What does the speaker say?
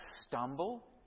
stumble